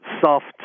soft